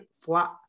flat